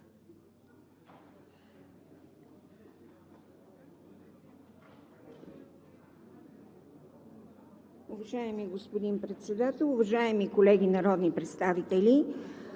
Уважаеми господин Председател, уважаеми колеги народни представители!